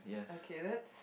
okay that's